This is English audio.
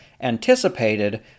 anticipated